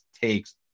takes